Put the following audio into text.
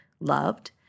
loved